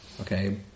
okay